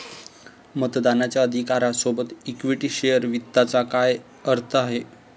मतदानाच्या अधिकारा सोबत इक्विटी शेअर वित्ताचा काय अर्थ आहे?